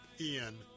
Ian